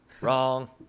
Wrong